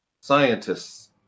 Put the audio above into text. scientists